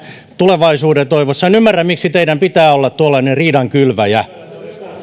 tulevaisuuden toivossa en ymmärrä miksi teidän pitää olla tuollainen riidankylväjä